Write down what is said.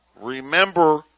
Remember